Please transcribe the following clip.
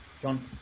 John